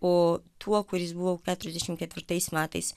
o tuo kuris buvo keturiasdešim ketvirtais metais